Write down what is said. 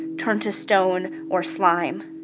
turn to stone or slime